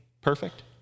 perfect